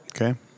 Okay